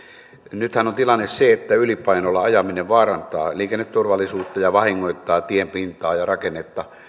nythän on tilanne se että ylipainolla ajaminen vaarantaa liikenneturvallisuutta ja vahingoittaa tien pintaa ja rakennetta